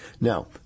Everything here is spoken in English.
Now